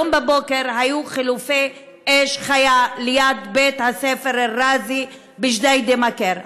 היום בבוקר היו חילופי אש חיה ליד בית-הספר "אל-ראזי" בג'דיידה-מכר.